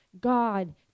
God